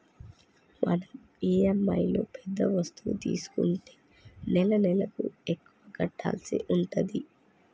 మనం ఇఎమ్ఐలో పెద్ద వస్తువు తీసుకుంటే నెలనెలకు ఎక్కువ కట్టాల్సి ఉంటది